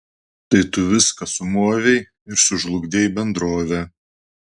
tai tu viską sumovei ir sužlugdei bendrovę